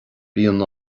bíonn